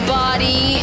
body